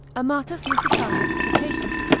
amatus lusitanus had a patient,